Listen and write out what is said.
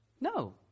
No